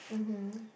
mmhmm